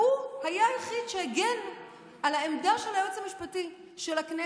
והוא היה היחיד שהגן על העמדה של הייעוץ המשפטי של הכנסת,